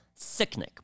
Sicknick